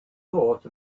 thought